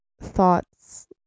thoughts